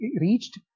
reached